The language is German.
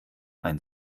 ein